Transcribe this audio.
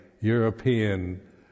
European